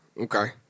Okay